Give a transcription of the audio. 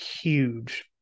huge